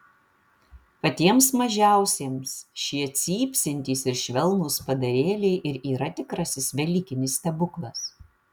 patiems mažiausiems šie cypsintys ir švelnūs padarėliai ir yra tikrasis velykinis stebuklas